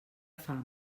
fam